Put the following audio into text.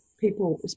people